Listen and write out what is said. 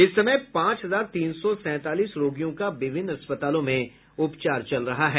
इस समय पांच हजार तीन सौ सैंतालीस रोगियों का विभिन्न अस्पतालों में उपचार चल रहा है